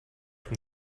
from